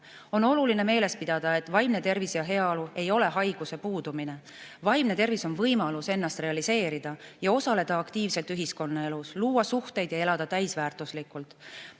On oluline meeles pidada, et vaimne tervis ja heaolu ei ole haiguse puudumine. Vaimne tervis on võimalus ennast realiseerida ja osaleda aktiivselt ühiskonnaelus, luua suhteid ja elada täisväärtuslikult.